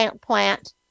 plant